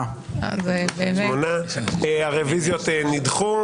8 הרביזיות נדחו.